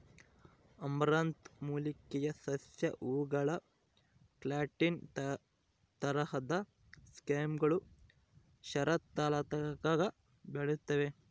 amaranth ಮೂಲಿಕೆಯ ಸಸ್ಯ ಹೂವುಗಳ ಕ್ಯಾಟ್ಕಿನ್ ತರಹದ ಸೈಮ್ಗಳು ಶರತ್ಕಾಲದಾಗ ಬೆಳೆಯುತ್ತವೆ